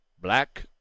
Black